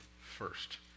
first